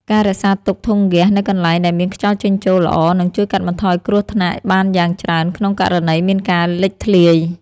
ការរក្សាទុកធុងហ្គាសនៅកន្លែងដែលមានខ្យល់ចេញចូលល្អនឹងជួយកាត់បន្ថយគ្រោះថ្នាក់បានយ៉ាងច្រើនក្នុងករណីមានការលេចធ្លាយ។